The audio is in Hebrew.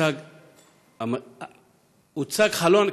הוצג חלון,